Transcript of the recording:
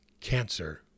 Cancer